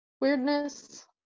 weirdness